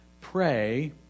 pray